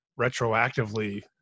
retroactively